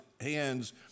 hands